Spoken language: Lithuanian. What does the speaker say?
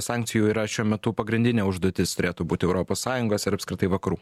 sankcijų yra šiuo metu pagrindinė užduotis turėtų būti europos sąjungos ir apskritai vakarų